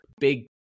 big